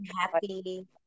happy